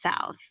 south